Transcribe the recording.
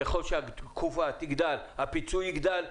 ככל שהתקופה תגדל הפיצוי יגדל.